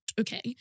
okay